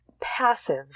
passive